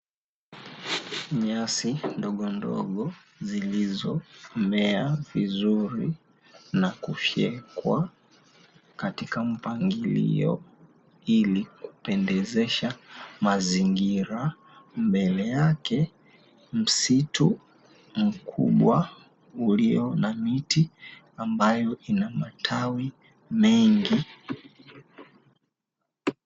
Nyasi ndodondogo zilizomea vizuri na kufyekwa katika mpangilo ili kupendezesha mazingira. Mbele yake msitu mkubwa ulio na miti amabyo ina matawi mengi.